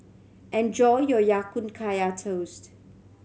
enjoy your Ya Kun Kaya Toast